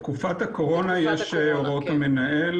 בתקופת הקורונה יש הוראות המנהל